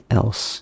else